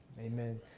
Amen